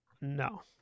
No